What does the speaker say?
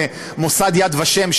את מוסד יד ושם,